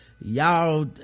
y'all